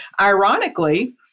ironically